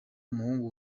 umuhungu